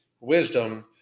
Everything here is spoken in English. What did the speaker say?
wisdom